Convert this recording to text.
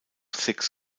sechs